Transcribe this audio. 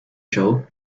show